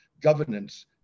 governance